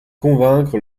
convaincre